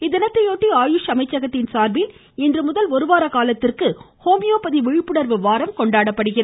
இத்தினத்தையொட்டி ஆயுஷ் அமைச்சகத்தின் சார்பில் இன்று முதல் ஒருவார காலத்திற்கு ஹோமியோபதி விழிப்புணர்வு வாரம் கொண்டாடப்படுகிறது